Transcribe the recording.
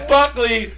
Buckley